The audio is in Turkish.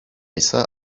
ise